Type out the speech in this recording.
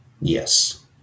Yes